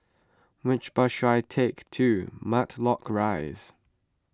which bus should I take to Matlock Rise